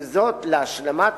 עם זאת, להשלמת